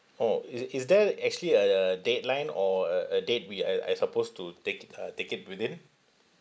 orh is is there actually a a deadline or a a date we are are supposed to take it uh take it within